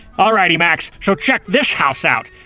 alrighty max so check this house out.